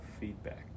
feedback